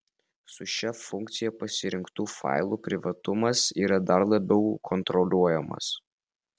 su šia funkcija pasirinktų failų privatumas yra dar labiau kontroliuojamas